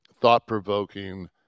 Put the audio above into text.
thought-provoking